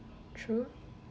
true